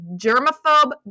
germaphobe